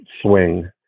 swing